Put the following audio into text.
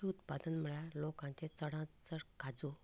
मुख्य उत्पादन म्हळ्यार लोकांचे चडान चड काजू